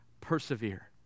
persevere